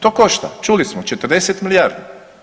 To košta, čuli smo 40 milijardi.